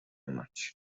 much